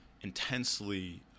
intensely